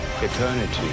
Eternity